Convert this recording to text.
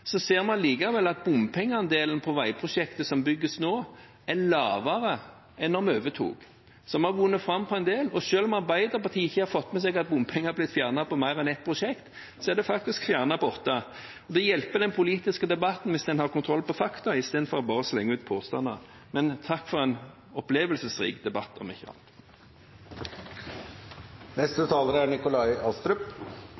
Så vi har vunnet fram på en del områder. Selv om Arbeiderpartiet ikke har fått med seg at bompenger har blitt fjernet på mer enn ett prosjekt, er det faktisk fjernet på åtte. Det hjelper den politiske debatten hvis en har kontroll på fakta, i stedet for bare å slenge ut påstander. Men takk for en opplevelsesrik debatt, om ikke